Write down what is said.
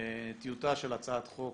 טיוטה של הצעת חוק